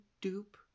dupe